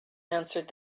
answered